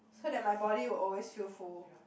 so that my body will always feel full